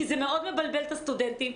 כי זה מאוד מבלבל את הסטודנטים,